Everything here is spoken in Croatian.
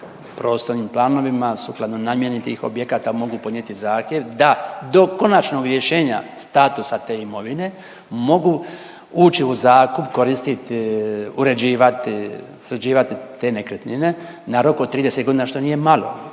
prostornim planovima, sukladno namjeni tih objekata mogu podnijeti zahtjev da do konačnog rješenja statusa te imovine mogu ući u zakup, koristiti uređivati sređivati te nekretnine na rok od 30 godina što nije malo.